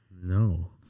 No